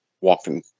walking